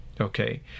Okay